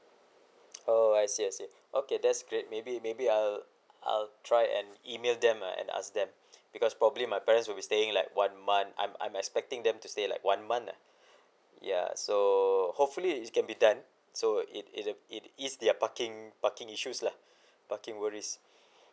oh I see I see okay that's great maybe maybe I'll I'll try and email them ah and ask them because probably my parents will be staying like one month I'm I'm expecting them to say like one month lah ya so hopefully it can be done so it is it is their parking parking issues lah parking worries